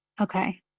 Okay